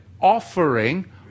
offering